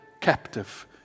captive